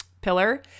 pillar